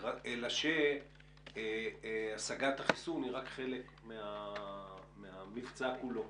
אלא שהשגת החיסון היא רק חלק מהמבצע כולו.